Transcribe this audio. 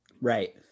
right